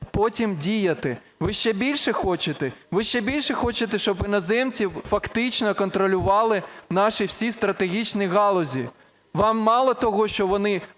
потім діяти? Ви ще більше хочете? Ви ще більше хочете, щоб іноземці фактично контролювали наші всі стратегічні галузі? Вам мало того, що вони